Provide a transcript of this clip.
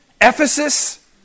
Ephesus